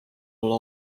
olla